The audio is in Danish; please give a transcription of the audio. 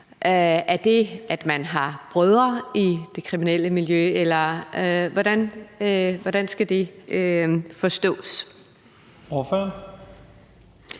Er det, at man har brødre i det kriminelle miljø, eller hvordan skal det forstås? Kl.